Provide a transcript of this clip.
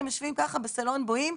הם יושבים ככה בסלון בוהים.